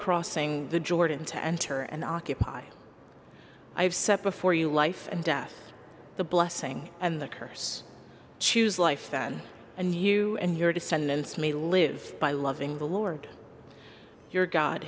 crossing the jordan to enter and occupy i have set before you life and death the blessing and the curse choose life then and you and your descendants may live by loving the lord your god